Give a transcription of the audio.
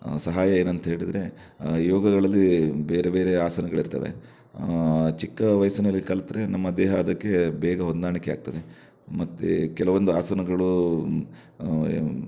ಸಹಾಯ ಏನಂತ ಹೇಳಿದರೆ ಯೋಗಗಳಲ್ಲಿ ಬೇರೆ ಬೇರೆ ಆಸನಗಳಿರ್ತವೆ ಚಿಕ್ಕ ವಯಸ್ಸಿನಲ್ಲಿ ಕಲಿತ್ರೆ ನಮ್ಮ ದೇಹ ಅದಕ್ಕೆ ಬೇಗ ಹೊಂದಾಣಿಕೆ ಆಗ್ತದೆ ಮತ್ತು ಕೆಲವೊಂದು ಆಸನಗಳು